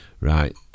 Right